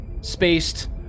spaced